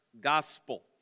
Gospel